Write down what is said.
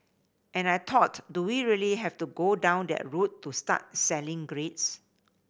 and I thought do we really have to go down that route to start selling grades